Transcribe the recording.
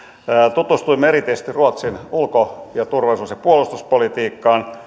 tutustuimme erityisesti ruotsin ulko turvallisuus ja puolustuspolitiikkaan